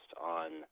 on